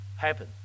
happen